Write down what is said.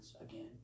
again